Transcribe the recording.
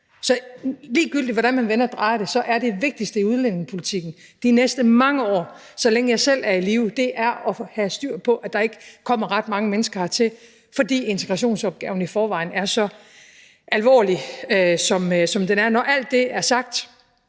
Så ligegyldigt hvordan man vender og drejer det, er det vigtigste i udlændingepolitikken de næste mange år – så længe jeg selv er i live – at have styr på, at der ikke kommer ret mange mennesker hertil, fordi integrationsopgaven i forvejen er så alvorlig, som den er. Når alt det er sagt,